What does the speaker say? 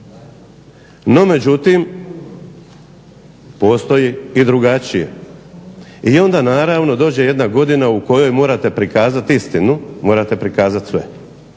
No, međutim postoji i drugačije i onda naravno dođe jedna godina u kojoj morate prikazati istinu, morate prikazati sve,